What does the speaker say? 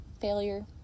Failure